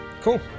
Cool